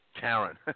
Karen